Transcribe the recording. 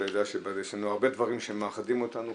אתה יודע שיש לנו הרבה דברים שמאחדים אותנו,